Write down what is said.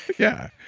yeah.